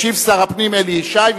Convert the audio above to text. ישיב שר הפנים אלי ישי,